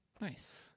Nice